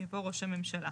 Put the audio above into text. ראש הממשלה.